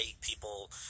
people